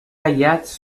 aïllats